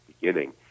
Beginning